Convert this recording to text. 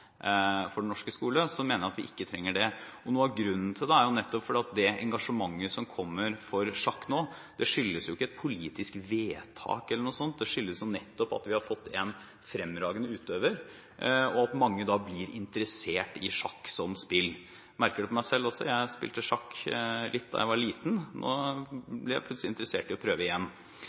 for den norske skolen, mener jeg at vi ikke trenger det. Noe av grunnen til det er nettopp at det engasjementet som nå kommer for sjakk, jo ikke skyldes et politisk vedtak eller noe sånt, det skyldes nettopp at vi har fått en fremragende utøver, og at mange da blir interessert i sjakk som spill. Jeg merker det på meg selv også: Jeg spilte litt sjakk som liten, og nå ble jeg plutselig interessert i å prøve igjen.